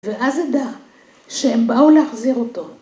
‫ואז הדעה שהם באו להחזיר אותו.